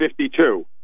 52